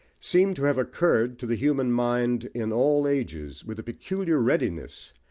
seem to have occurred to the human mind in all ages with a peculiar readiness,